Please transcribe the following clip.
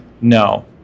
no